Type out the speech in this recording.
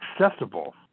accessible